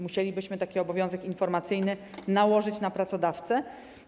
Musielibyśmy taki obowiązek informacyjny nałożyć na pracodawcę.